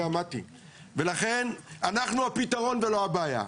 ולכן אנחנו הפתרון ולא הבעיה.